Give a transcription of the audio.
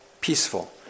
peaceful